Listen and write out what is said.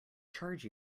charge